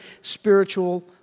spiritual